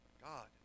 God